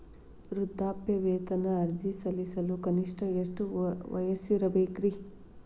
ವೃದ್ಧಾಪ್ಯವೇತನ ಅರ್ಜಿ ಸಲ್ಲಿಸಲು ಕನಿಷ್ಟ ಎಷ್ಟು ವಯಸ್ಸಿರಬೇಕ್ರಿ?